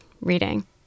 reading